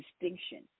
distinction